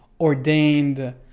ordained